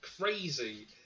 crazy